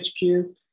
HQ